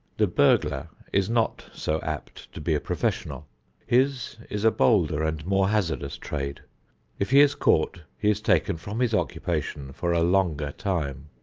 the burglar is not so apt to be a professional his is a bolder and more hazardous trade if he is caught he is taken from his occupation for a longer time.